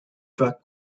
drag